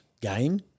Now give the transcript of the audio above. game